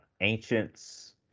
ancients